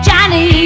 Johnny